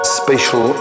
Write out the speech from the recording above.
spatial